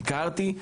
ניקרתי.